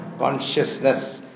consciousness